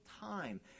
time